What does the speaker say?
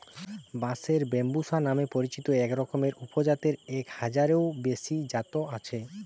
বাঁশের ব্যম্বুসা নামে পরিচিত একরকমের উপজাতের এক হাজারেরও বেশি জাত আছে